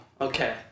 okay